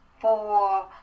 four